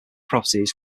properties